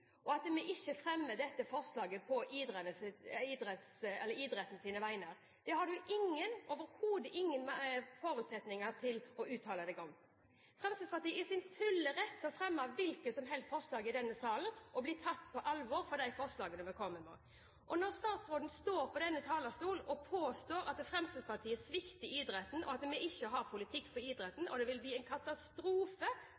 og at vi ikke fremmer dette forslaget på idrettens vegne? Det har du ingen – overhodet ingen – forutsetninger for å uttale deg om. Fremskrittspartiet er i sin fulle rett til å fremme hvilket som helst forslag i denne salen og bli tatt på alvor for de forslagene vi kommer med. Når statsråden står på denne talerstol og påstår at Fremskrittspartiet svikter idretten, at vi ikke har politikk